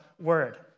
word